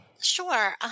Sure